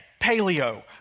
paleo